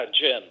Jim